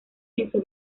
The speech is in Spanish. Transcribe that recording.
jefe